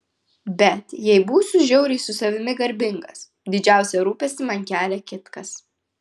bet jei būsiu žiauriai su savimi garbingas didžiausią rūpestį man kelia kitkas